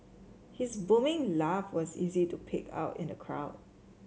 his booming laugh was easy to pick out in the crowd